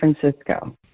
Francisco